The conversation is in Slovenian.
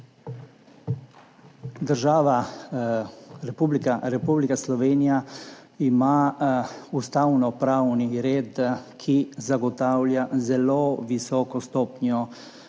Država Republika Slovenija ima ustavnopravni red, ki zagotavlja zelo visoko stopnjo